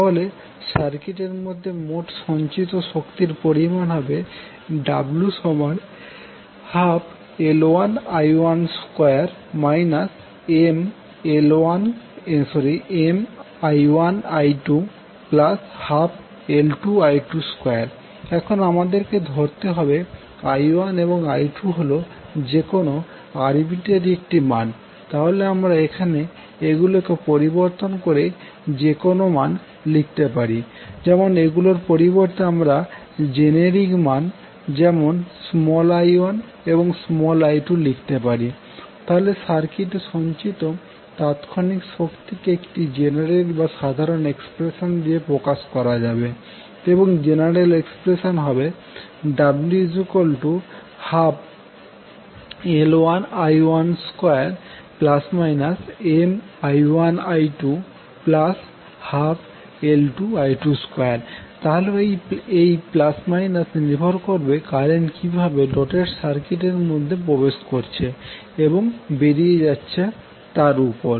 তাহলে সার্কিট এর মধ্যে মোট সঞ্চিত শক্তির পরিমাণ হবে w12L1I12 MI1I212L2I22 এখন আমাদেরকে ধরতে হবে যে I1এবং I2হল যেকোনো আরবিটারি একটি মান তাহলে আমরা এখানে এগুলিকে পরিবর্তন করে যেকোনো মান লিখতে পারি যেমন এগুলির পরিবর্তে আমরা জেনেরিক মান যেমন i1এবং i2 লিখতে পারি তাহলে সার্কিটে সঞ্চিত তাৎক্ষণিক শক্তি কে একটি জেনারেল বা সাধারণ এক্সপ্রেশন দিয়ে প্রকাশ করা যাবে এবং জেনারেল এক্সপ্রেশন হবে w12L1i12±Mi1i212L2i22 তাহলে এই প্লাস মাইনাস নির্ভর করবে কারেন্ট কিভাবে ডটেড সার্কিটের মধ্যে প্রবেশ করছে এবং বেরিয়ে যাচ্ছে তার উপর